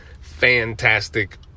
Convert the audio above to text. fantastic